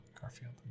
Garfield